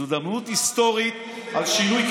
זו הזדמנות היסטורית לשינוי כיוון.